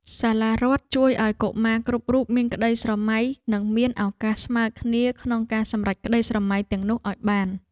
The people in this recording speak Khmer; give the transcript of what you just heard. សាលារដ្ឋជួយឱ្យកុមារគ្រប់រូបមានក្តីស្រមៃនិងមានឱកាសស្មើគ្នាក្នុងការសម្រេចក្តីស្រមៃទាំងនោះឱ្យបាន។